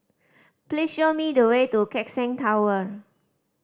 please show me the way to Keck Seng Tower